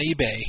eBay